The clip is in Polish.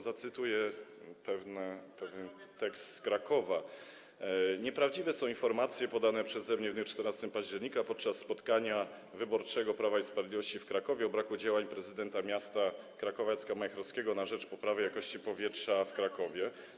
Zacytuję pewien tekst z Krakowa: „Nieprawdziwe są informacje podane przeze mnie w dniu 14 października 2018 r. podczas spotkania wyborczego Prawa i Sprawiedliwości w Krakowie o braku działań prezydenta miasta Krakowa Jacka Majchrowskiego na rzecz poprawy jakości powietrza w Krakowie”